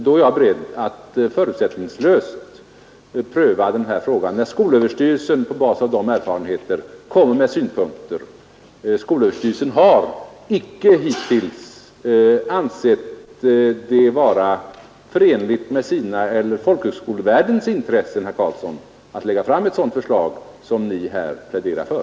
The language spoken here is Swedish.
När skolöverstyrelsen på basis av de erfarenheterna lägger fram synpunkter är jag beredd att förutsättningslöst pröva frågan. Skolöverstyrelsen har inte hittills ansett det vara förenligt med sina eller folkhögskolevärldens intressen, herr Karlsson, att lägga fram ett sådant förslag som Ni pläderar för.